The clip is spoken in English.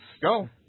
Go